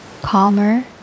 calmer